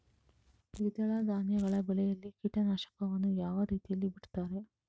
ದ್ವಿದಳ ಧಾನ್ಯಗಳ ಬೆಳೆಯಲ್ಲಿ ಕೀಟನಾಶಕವನ್ನು ಯಾವ ರೀತಿಯಲ್ಲಿ ಬಿಡ್ತಾರೆ?